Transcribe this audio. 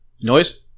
Noise